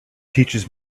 teaches